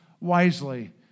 wisely